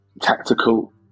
tactical